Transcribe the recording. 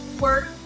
work